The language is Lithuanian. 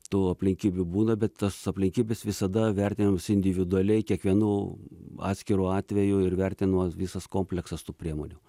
tų aplinkybių būna bet tos aplinkybės visada vertinamos individualiai kiekvienu atskiru atveju ir vertinama visas kompleksas tų priemonių